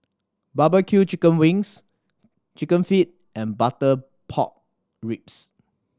barbecue chicken wings Chicken Feet and butter pork ribs